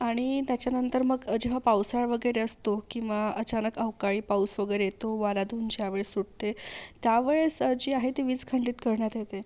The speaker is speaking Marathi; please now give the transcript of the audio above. आणि त्याच्यानंतर मग जेव्हा पावसाळा वगैरे असतो किंवा अचानक अवकाळी पाऊस वगैरे येतो वारा धून ज्या वेळेस सुटते त्या वेळेस जी आहे ती वीज खंडीत करण्यात येते